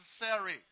necessary